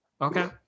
okay